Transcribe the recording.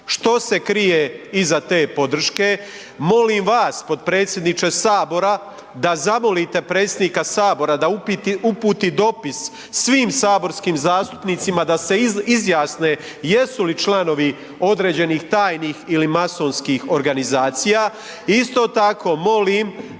Što se krije iza te podrške? Molim vas potpredsjedniče sabora da zamolite predsjednika sabora da uputi dopis svim saborskim zastupnicima da se izjasne jesu li članovi određenih tajnih ili masonskih organizacija. Isto tako molim